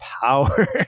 power